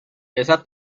esa